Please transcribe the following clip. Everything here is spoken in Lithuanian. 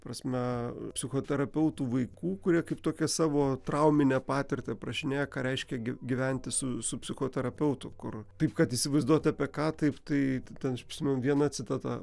prasme psichoterapeutų vaikų kurie kaip tokią savo trauminę patirtį aprašinėja ką reiškia gyventi su su psichoterapeutu kur taip kad įsivaizduot apie ką taip tai ten aš prisiminiau viena citata